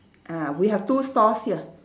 ah we have two stores here